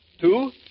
Two